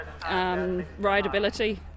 rideability